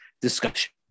discussion